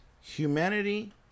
humanity